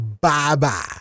Bye-bye